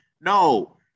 No